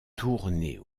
tourner